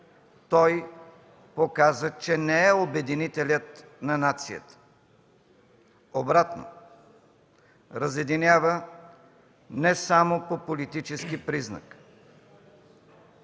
той показа, че не е обединителят на нацията. Обратното, разединява не само по политически признак.